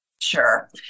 Sure